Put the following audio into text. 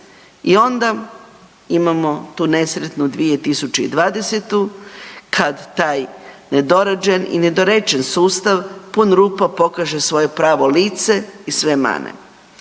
I onda imamo tu nesretnu 2020.-tu kad taj nedorađen i nedorečen sustav pun rupa pokaže svoje pravo lice i sve mane.